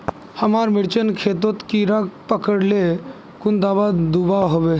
हमार मिर्चन खेतोत कीड़ा पकरिले कुन दाबा दुआहोबे?